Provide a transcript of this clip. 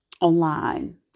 online